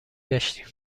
گشتیم